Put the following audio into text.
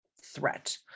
threat